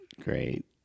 Great